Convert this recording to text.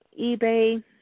eBay